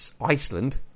iceland